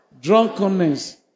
drunkenness